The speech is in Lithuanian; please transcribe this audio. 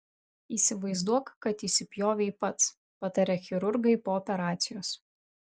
įsivaizduok kad įsipjovei pats pataria chirurgai po operacijos